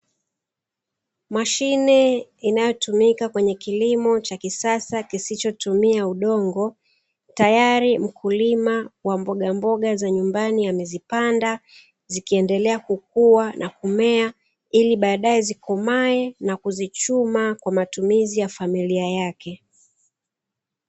Mashine inayotumika kwenye kilimo cha kisasa kisichotumia udongo tayari mkulima wa mbogamboga wa nyumbani ameshazipanda ili ziendelee kukomaa na kukua ili aweze kuzichuma kwa matumizi ya familia yake